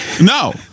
No